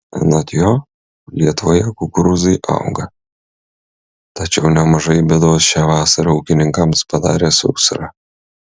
anot jo lietuvoje kukurūzai auga tačiau nemažai bėdos šią vasarą ūkininkams padarė sausra